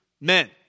men